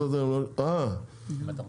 טוב,